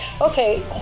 Okay